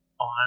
on